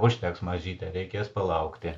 užteks mažyte reikės palaukti